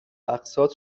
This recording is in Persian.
اقساط